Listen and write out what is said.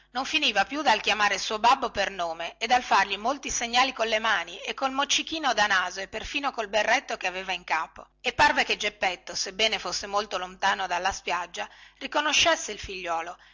non finiva più dal chiamare il suo babbo per nome e dal fargli molti segnali colle mani e col moccichino da naso e perfino col berretto che aveva in capo e parve che geppetto sebbene fosse molto lontano dalla spiaggia riconoscesse il figliuolo